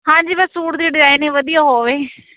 ਹਾਂਜੀ ਮੈਂ ਸੂਟ ਦੀ ਡਿਜ਼ਾਇਨ ਵਧੀਆ ਹੋਵੇ